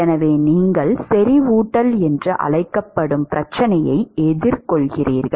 எனவே நீங்கள் செறிவூட்டல் என்று அழைக்கப்படும் பிரச்சினையை எதிர்கொள்கிறீர்கள்